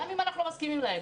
גם אם אנחנו לא מסכימים להן,